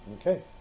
Okay